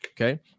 Okay